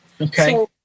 Okay